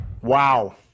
Wow